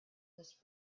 this